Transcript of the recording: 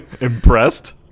Impressed